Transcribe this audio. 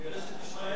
הוא גירש את ישמעאל.